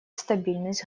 стабильность